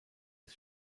des